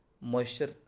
moisture